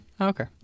Okay